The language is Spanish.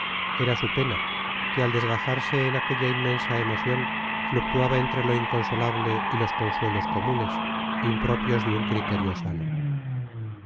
era su pena que al desgajarse en aquella inmensa emoción fluctuaba entre lo inconsolable y los consuelos comunes impropios de un criterio sano